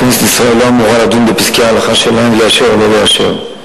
כנסת ישראל לא אמורה לדון בפסקי ההלכה שלהם ולאשר או לא לאשר.